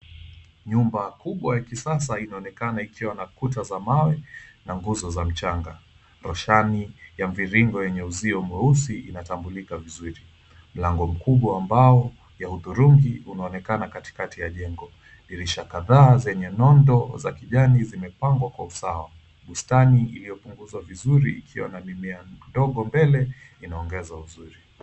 Nyumba kubwa ya kisasa inaonekana ikiwa na kuta za mawe na nguzo za mchanga. Roshani ya mviringo yenye uzio mweusi inatambulika vizuri. Mlango mkubwa ya mbao ya hudhurungi unaonekana katikati ya jengo. Dirisha kadhaa zenye nondo za kijani zimepangwa kwa usawa. Bustani iliyopunguzwa vizuri ikiwa na mimea midogo mbele inaongeza uzuri.